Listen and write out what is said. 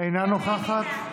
אינה נוכחת.